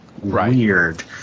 weird